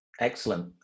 Excellent